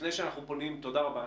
תודה רבה.